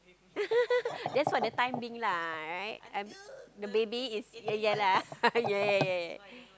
just for the time being lah right the baby is ya ya lah ya ya ya ya